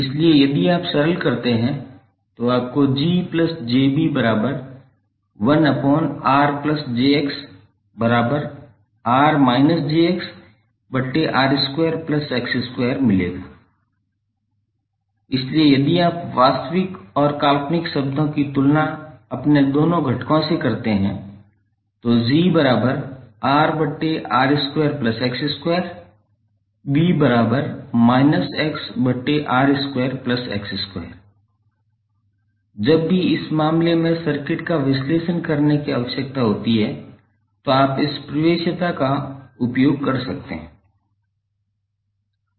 इसलिए यदि आप सरल करते हैं तो आपको 𝐺𝑗𝐵1𝑅𝑗𝑋 मिलेगा इसलिए यदि आप वास्तविक और काल्पनिक शब्दों की तुलना अपने दोनों घटकों से करते हैं जब भी इस मामले में सर्किट का विश्लेषण करने की आवश्यकता होती है तो आप इस प्रवेश्यता का उपयोग कर सकते हैं